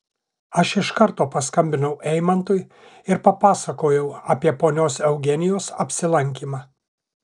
aš iš karto paskambinau eimantui ir papasakojau apie ponios eugenijos apsilankymą